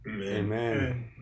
Amen